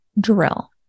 drill